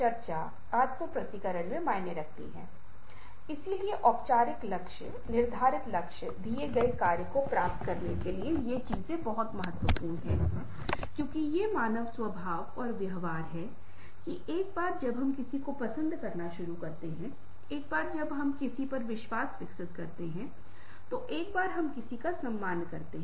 ग्रंथों की संपूर्ण अवधारणात्मक प्रक्रिया को भी छवियों को प्रस्तुत करने से पहले हेरफेर किया जा सकता है अध्ययन हमें बताते हैं कि इसे भावना प्रेरण विधियों के रूप में जाना जाता है जहाँ आप देखते हैं कि आप चित्र दिखाते हैं या हम संगीत का उपयोग करते हैं जिसके बारे में हम थोड़ी देर बाद बात करेंगे